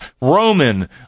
Roman